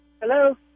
Hello